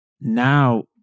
now